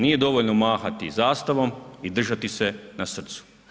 Nije dovoljno mahati zastavom i držati se na srcu.